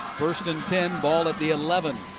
first and ten, ball at the eleven.